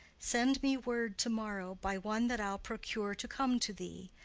send me word to-morrow, by one that i'll procure to come to thee,